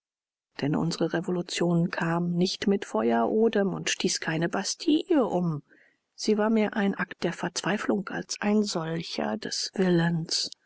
denn unsere revolution kam nicht mit feuerodem und stieß keine bastille um sie war mehr ein akt der verzweiflung als ein solcher des willens